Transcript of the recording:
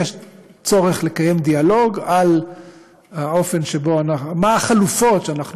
יש צורך לקיים דיאלוג על החלופות שאנחנו